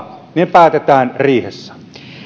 päätetään riihessä